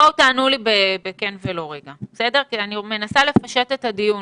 בואו תענו לי בכן ולא כי אני מנסה לפשט את הדיון,